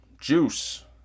juice